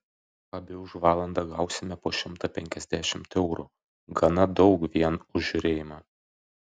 abi už valandą gausime po šimtą penkiasdešimt eurų gana daug vien už žiūrėjimą